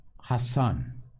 Hassan